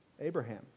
Abraham